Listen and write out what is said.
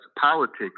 politics